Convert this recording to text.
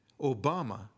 Obama